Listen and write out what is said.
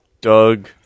Doug